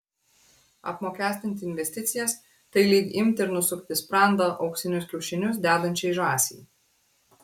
apmokestinti investicijas tai lyg imti ir nusukti sprandą auksinius kiaušinius dedančiai žąsiai